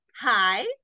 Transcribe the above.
hi